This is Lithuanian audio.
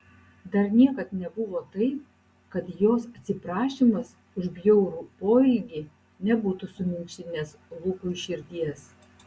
dar niekad nebuvo taip kad jos atsiprašymas už bjaurų poelgį nebūtų suminkštinęs lukui širdies